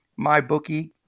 mybookie